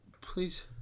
please